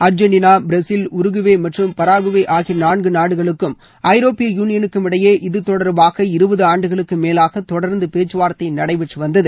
Argentina Brazil Uruguay மற்றும் Paraguay ஆகிய நான்கு நாடுகளுக்கும் ஐரோப்பிய யூனியனுக்கும் இடையே இது தொடர்பாக இருபது ஆண்டுகளுக்கும் மேலாக தொடர்ந்து பேச்சுவார்த்தை நடைபெற்று வந்தது